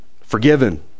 Forgiven